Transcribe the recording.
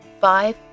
five